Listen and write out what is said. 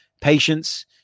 patience